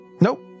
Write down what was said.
Nope